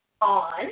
on